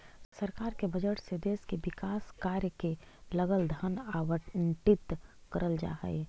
सरकार के बजट से देश के विकास कार्य के लगल धन आवंटित करल जा हई